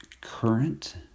current